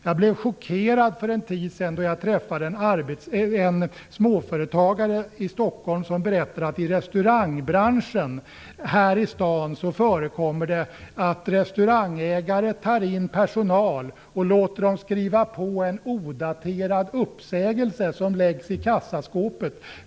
Jag blev chockerad när jag för en tid sedan träffade en småföretagare i Stockholm som berättade att det i restaurangbranschen här i stan förekommer att restaurangägare tar in personal och låter dem skriva på en odaterad uppsägning som läggs i kassaskåpet.